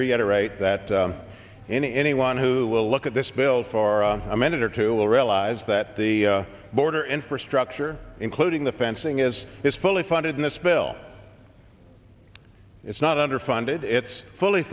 reiterate that and anyone who will look at this bill for a minute or two will realize that the border infrastructure including the fencing is is fully funded in this bill it's not under funded it's fully